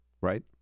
right